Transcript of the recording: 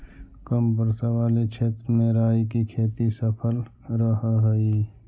कम वर्षा वाले क्षेत्र में राई की खेती सफल रहअ हई